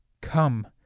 Come